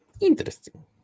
Interesting